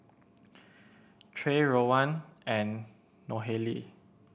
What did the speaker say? Trey Rowan and Nohely